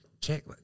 check